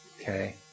okay